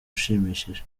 ushimishije